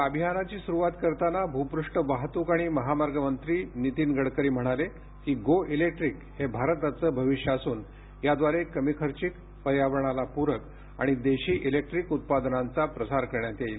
या अभियानाची सुरुवात करताना भूपृष्ठ वाहतुक आणि महामार्ग मंत्री नीतीन गडकरी म्हणाले की गो इलेक्ट्रीक हे भारताचं भविष्य असून याद्वारे कमी खर्चिक पर्यावरणाला प्रक आणि देशी इलेक्ट्रीक उत्पादनांचा प्रसार करण्यात येईल